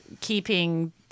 keeping